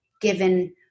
given